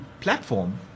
platform